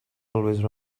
always